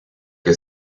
que